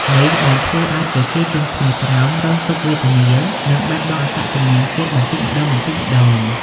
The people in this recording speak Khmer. នេះបានធ្វើឱ្យប្រជាជនខ្មែរក្រោមរងទុក្ខវេទនា និងបាត់បង់អត្តសញ្ញាណជាតិបន្តិចម្ដងៗ។